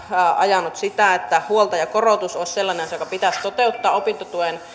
ajanut sitä että huoltajakorotus olisi sellainen asia joka pitäisi toteuttaa opintotuen